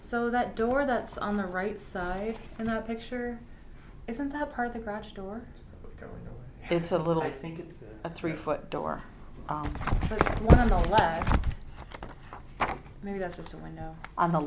so that door that's on the right side and that picture isn't that part of the garage door it's a little i think it's a three foot door handle maybe that's just a window on the